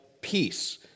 peace